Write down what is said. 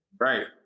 Right